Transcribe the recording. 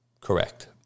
correct